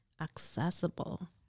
accessible